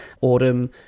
Autumn